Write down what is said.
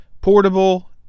portable